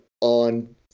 on